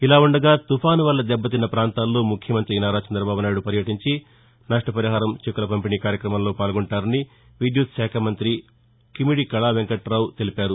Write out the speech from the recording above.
ఇలా ఉండగా తుపాను వల్ల దెబ్బతిన్న పాంతాల్లో ముఖ్యమంత్రి నారా చంద్రబాబు నాయుడు పర్యటీంచి నష్టపరిహారం చెక్కుల పంపిణీ కార్యక్రమంలో పాల్గొంటారని విద్యుత్ శాఖ మంత్రి కిమిడి కళా వెంకటాపు తెలిపారు